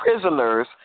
prisoners